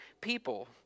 people